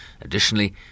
Additionally